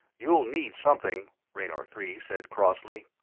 you'll need something, raynor three said crossly.